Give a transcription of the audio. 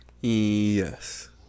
yes